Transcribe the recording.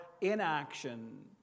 inaction